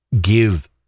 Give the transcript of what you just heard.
give